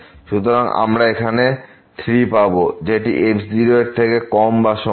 সুতরাং আমরা এখানে 3 পাবো যেটি f এর থেকে কম বা সমান